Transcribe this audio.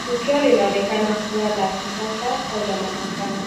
Tukio linaonekana kuwa la kisasa au la mahakama.